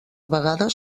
vegades